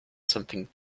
something